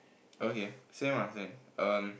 okay same ah same um